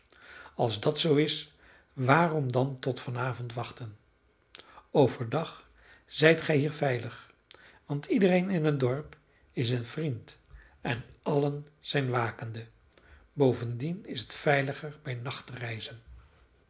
als dat zoo is waarom dan tot van avond wachten over dag zijt gij hier veilig want iedereen in het dorp is een vriend en allen zijn wakende bovendien is het veiliger bij nacht